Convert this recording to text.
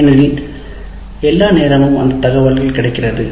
ஏனெனில் எல்லா நேரமும் அந்த தகவல்கள் கிடைக்கிறது